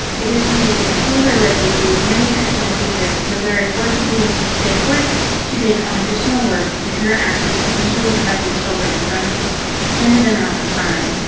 additionally, the schools are likely to lose many excellent teachers because they were forced to being they are forced to take on additional work and interact with potentially infected children for an extended amount of time,